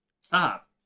stop